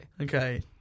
Okay